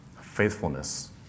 faithfulness